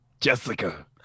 Jessica